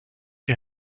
you